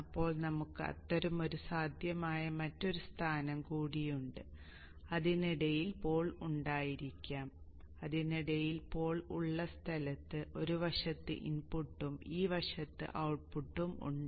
ഇപ്പോൾ നമുക്ക് അത്തരമൊരു സാധ്യമായ മറ്റൊരു സ്ഥാനം കൂടിയുണ്ട് അതിനിടയിൽ പോൾ ഉണ്ടായിരിക്കാം അതിനിടയിൽ പോൾ ഉള്ള സ്ഥലത്ത് ഈ വശത്ത് ഇൻപുട്ടും ഈ വശത്ത് ഔട്ട്പുട്ടും ഉണ്ട്